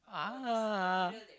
ah